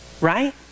Right